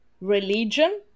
religion